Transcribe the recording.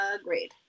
Agreed